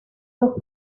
los